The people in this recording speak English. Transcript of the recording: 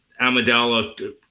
Amidala